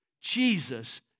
Jesus